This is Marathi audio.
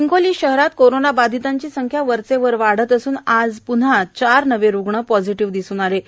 हिंगोली शहरात कोरोना बाधितांची संख्या वरचेवर वाढत असून आज प्न्हा नवे चार रुग्ण पॉझिटिव्ह आले आहेत